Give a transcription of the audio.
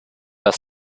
das